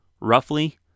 roughly